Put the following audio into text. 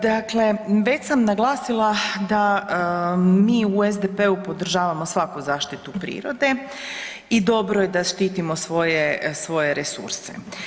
Dakle, već sam naglasila da mi u SDP-u podržavamo svaku zaštitu prirode i dobro je da štitimo svoje resurse.